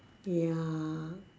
ya